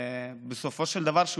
בסופו של דבר,